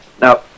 now